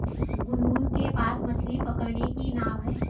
गुनगुन के पास मछ्ली पकड़ने की नाव है